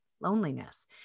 loneliness